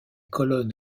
colonnes